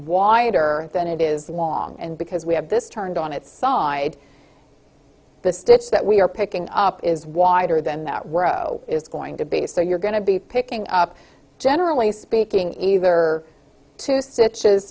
wider than it is long and because we have this turned on its side the stitch that we are picking up is wider than that row is going to be so you're going to be picking up generally speaking either to sit